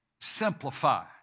simplify